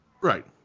Right